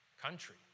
country